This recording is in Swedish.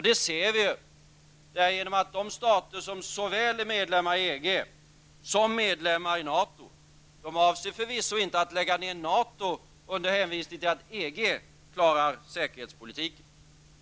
Det ser vi ju därigenom att de stater som är medlemmar såväl i EG som i NATO förvisso inte avser att lägga ner NATO under hänvisning att EG klarar säkerhetspolitiken.